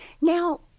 Now